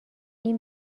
این